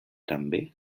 també